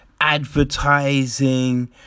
advertising